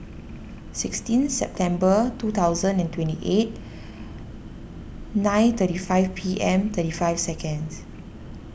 sixteen September two thousand and twenty eight nine thirty five P M thirty five seconds